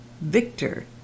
victor